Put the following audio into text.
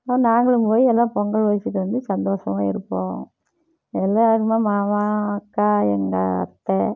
அதுமாதிரி நாங்களும் போய் எல்லாம் பொங்கல் வச்சுட்டு வந்து சந்தோஷமா இருப்போம் எல்லோருமே மாமா அக்கா எங்கள் அத்தை